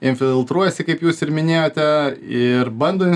infiltruojasi kaip jūs ir minėjote ir bando